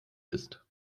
ist